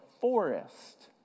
forest